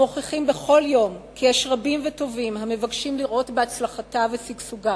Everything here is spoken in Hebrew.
המוכיחים בכל יום כי יש רבים וטובים המבקשים לראות בהצלחתה ושגשוגה.